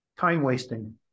time-wasting